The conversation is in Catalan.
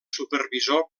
supervisor